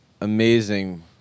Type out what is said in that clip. amazing